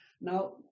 Now